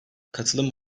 katılım